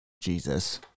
Jesus